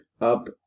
up